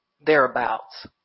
thereabouts